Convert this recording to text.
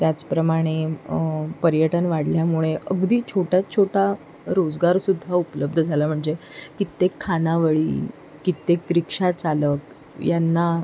त्याचप्रमाणे पर्यटन वाढल्यामुळे अगदी छोट्यात छोटा रोजगार सुद्धा उपलब्ध झाला म्हणजे कित्येक खानावळी कित्येक रिक्षाचालक यांना